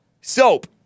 SOAP